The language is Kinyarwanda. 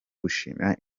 gushimira